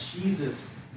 Jesus